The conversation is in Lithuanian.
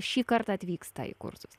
šįkart atvyksta į kursus